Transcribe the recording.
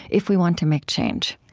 if we want to make change.